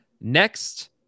Next